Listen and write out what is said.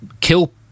kill